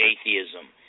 atheism